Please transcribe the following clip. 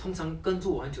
oh